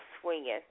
swinging